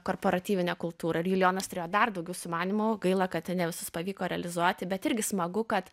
korporatyvinę kultūrą ir julijonas turėjo dar daugiau sumanymų gaila kad ten ne visus pavyko realizuoti bet irgi smagu kad